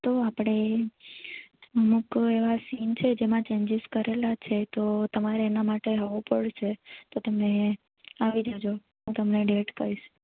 તો આપણે અમુક એવા સિન છે જેમાં ચેન્જીસ કરેલા છે તો તમારે એના માટે આવવું પડશે તો તમને આવી જજો હું તમને ડેટ કહીશ